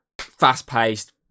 fast-paced